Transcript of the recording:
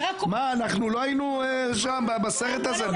לא היינו בסרט הזה?